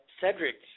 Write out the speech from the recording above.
Cedric